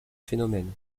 phénomène